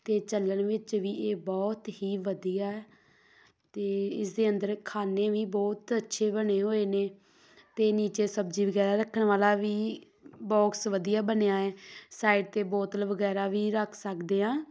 ਅਤੇ ਚੱਲਣ ਵਿੱਚ ਵੀ ਇਹ ਬਹੁਤ ਹੀ ਵਧੀਆ ਅਤੇ ਇਸ ਦੇ ਅੰਦਰ ਖਾਨੇ ਵੀ ਬਹੁਤ ਅੱਛੇ ਬਣੇ ਹੋਏ ਨੇ ਅਤੇ ਨੀਚੇ ਸਬਜ਼ੀ ਵਗੈਰਾ ਰੱਖਣ ਵਾਲਾ ਵੀ ਬੋਕਸ ਵਧੀਆ ਬਣਿਆ ਹੈ ਸਾਈਡ 'ਤੇ ਬੋਤਲ ਵਗੈਰਾ ਵੀ ਰੱਖ ਸਕਦੇ ਹਾਂ